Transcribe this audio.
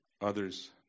others